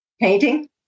Painting